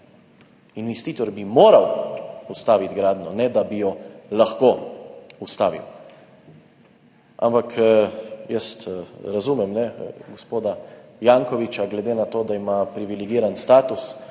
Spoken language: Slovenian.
Investitor bi moral ustaviti gradnjo, ne da bi jo lahko ustavil, ampak jaz razumem gospoda Jankovića, glede na to, da ima privilegiran status